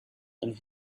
and